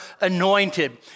anointed